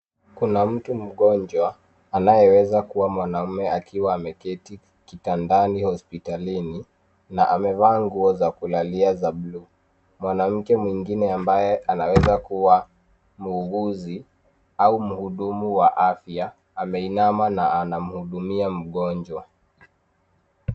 Kuna mtu mgonjwa, anayeweza kuwa mwanaume akiwa ameketi kitandani hospitalini, na amevaa nguo za kulalia za blue , mwanamke mwingine ambaye anaweza kuwa muuguzi, au mhudumu wa afya, ameinama na anamhudumia mgonjwa.